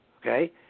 Okay